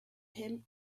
him